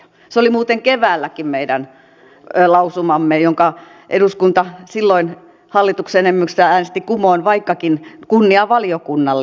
se oli muuten keväälläkin meidän lausumamme jonka eduskunta silloin hallituksen enemmistöllä äänesti kumoon vaikkakin kunnia valiokunnalle